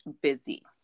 busy